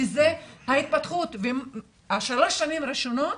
כי זה ההתפתחות, והשלוש שנים ראשונות,